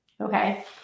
Okay